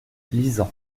lisant